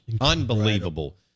unbelievable